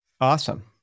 Awesome